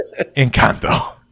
Encanto